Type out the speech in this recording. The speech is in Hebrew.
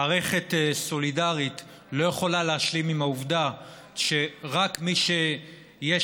מערכת סולידרית לא יכולה להשלים עם העובדה שמי שיש